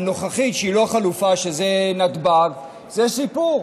הנוכחית, שהיא לא חלופה, שזה נתב"ג, זה סיפור.